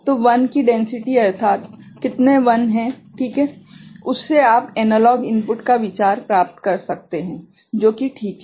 तो 1s की density अर्थात कितने 1s है ठीक हैं उस से आप एनालॉग इनपुट का विचार प्राप्त कर सकते हैं जो कि ठीक है